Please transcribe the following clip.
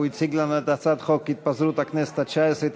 הוא הציג לנו את הצעת חוק התפזרות הכנסת התשע-עשרה,